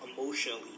emotionally